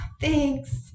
Thanks